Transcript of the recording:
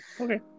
Okay